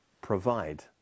provide